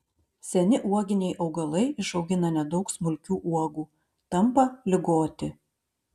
seni uoginiai augalai išaugina nedaug smulkių uogų tampa ligoti